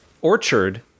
orchard